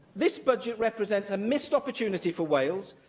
this budget represents a missed opportunity for wales.